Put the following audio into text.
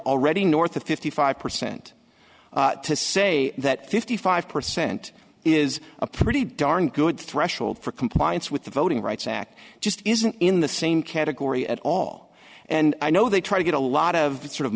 already north of fifty five percent to say that fifty five percent is a pretty darn good threshold for compliance with the voting rights act just isn't in the same category at all and i know they try to get a lot of that sort of